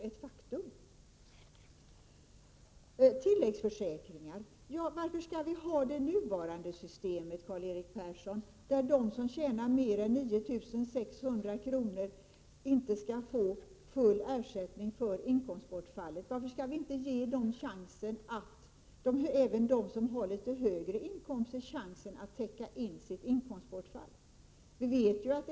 Beträffande tilläggsförsäkringar: Varför skall vi ha det nuvarande systemet, Karl-Erik Persson, där de som tjänar mer än 9 600 kr. inte skall få full ersättning för inkomstbortfallet? Varför skall vi inte ge även dem som har 103 Prot. 1987/88:136 litet högre inkomster chansen att täcka in sitt inkomstbortfall?